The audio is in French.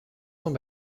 sont